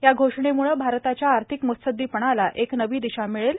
या घोषणेमुळं भारताच्या आर्थिक मृत्सद्दीपणाला एक नवी दिशा मिळेल